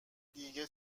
دیگه